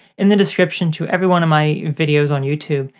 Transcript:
in the description to everyone of my videos on youtube,